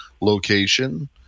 location